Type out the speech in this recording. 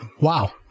Wow